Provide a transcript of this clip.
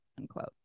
unquote